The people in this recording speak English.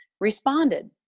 responded